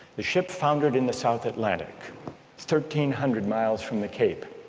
the ship foundered in the south atlantic thirteen hundred miles from the cape